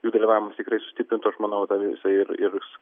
jų dalyvavimas tikrai sustiprintų aš manau tą visą ir ir